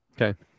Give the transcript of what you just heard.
Okay